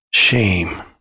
Shame